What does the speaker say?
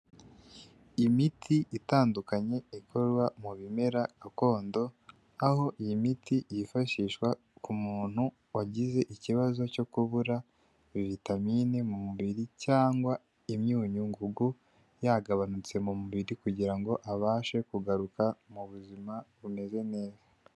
Imiti itandukanye ikorwa mu bimera gakondo aho iyi miti yifashishwa ku muntu wagize ikibazo cyo kubura vitamine mu mubiri cyangwa imyunyu ngugu yagabanutse mu mubiri kugirango abashe kugaruka mu buzima bumeze neza.